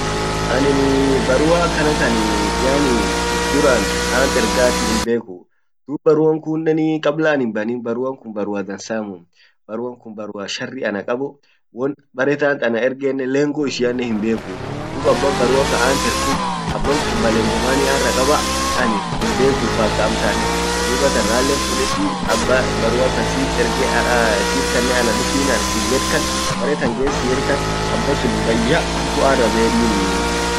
anin barua akana kan yaani duran antergaati himbeku dub barua kunnen kabla anin himbanin baruan kun barua dansamuu baruan kun barua sharri anakabu won bare tant anaergennen lengo ishianne himbekuu duub abba barua anterg kun abban kun malengo maani arra kaba anin himbekuu paka amtaanne dubatan ralle fudeddi abba barua ansiit erge ee siitkanne anadufiin siiyed kan abba sunin bayyahamtu arrabeediinii